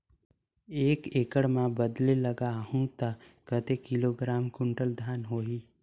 एक एकड़ मां बदले लगाहु ता कतेक किलोग्राम कुंटल धान होही?